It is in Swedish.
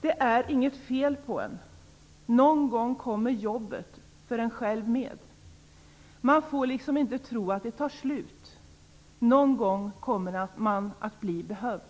Det är inget fel på en. Någon gång kommer jobbet för en själv med. Man får liksom inte tro att det tar slut. Någon gång kommer man att bli behövd.